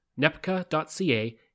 Nepca.ca